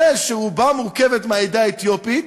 שרובה מורכבת מהעדה האתיופית,